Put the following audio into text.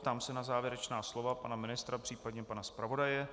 Ptám se na závěrečná slova pana ministra příp. pana zpravodaje.